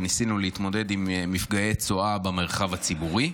וניסינו להתמודד עם מפגעי צואת כלבים במרחב הציבורי.